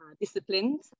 disciplined